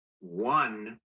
One